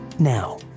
now